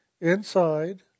inside